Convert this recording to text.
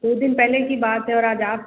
दो दिन पहले की बात है और आज आप